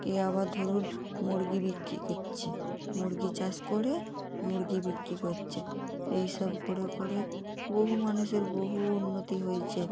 কে আবার ধরুন মুরগি বিক্রি করচে মুরগি চাষ করে মুরগি বিক্রি করছে এই সব করে করে বহু মানুষের বহু উন্নতি হয়েছে